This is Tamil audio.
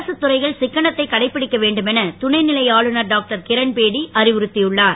அரசுத் துறைகள் சிக்கனத்தைக் கடைப்பிடிக்க வேண்டுமென துணைநிலை ஆளுனர் டாக்டர் கிரண்பேடி அறிவுறுத்தியுள்ளார்